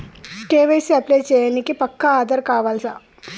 KYC apply చేయనీకి పక్కా ఆధార్ కావాల్నా?